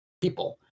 people